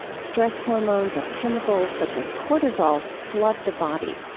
stress hormones and chemicals such as cortisol flood the body.